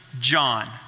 John